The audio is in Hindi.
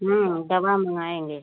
हाँ दावा मंगाएंगे